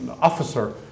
officer